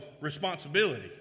responsibility